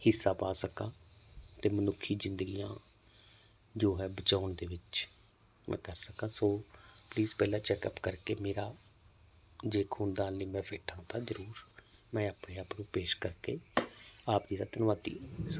ਹਿੱਸਾ ਪਾ ਸਕਾਂ ਅਤੇ ਮਨੁੱਖੀ ਜ਼ਿੰਦਗੀਆਂ ਜੋ ਹੈ ਬਚਾਉਣ ਦੇ ਵਿੱਚ ਮੈਂ ਕਰ ਸਕਾਂ ਸੋ ਪਲੀਜ਼ ਪਹਿਲਾਂ ਚੈੱਕਅਪ ਕਰਕੇ ਮੇਰਾ ਜੇ ਖੂਨਦਾਨ ਲਈ ਮੈਂ ਫਿਟ ਹਾਂ ਤਾਂ ਜ਼ਰੂਰ ਮੈਂ ਆਪਣੇ ਆਪ ਨੂੰ ਪੇਸ਼ ਕਰਕੇ ਆਪ ਜੀ ਦਾ ਧੰਨਵਾਦੀ ਸਮਝਾਂਗਾ